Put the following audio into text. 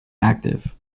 active